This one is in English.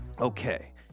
Okay